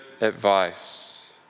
advice